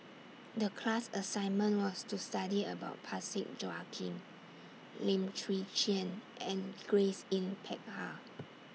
The class assignment was to study about Parsick Joaquim Lim Chwee Chian and Grace Yin Peck Ha